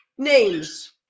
Names